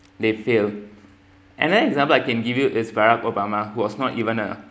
they failed an another example I can give you is barack obama who was not even a